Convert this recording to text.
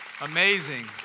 amazing